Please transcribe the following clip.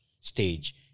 stage